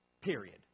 Period